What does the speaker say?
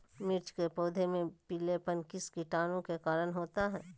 मिर्च के पौधे में पिलेपन किस कीटाणु के कारण होता है?